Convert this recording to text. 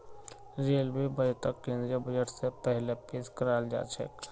railway बजटक केंद्रीय budget स पहिले पेश कराल जाछेक